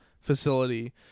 facility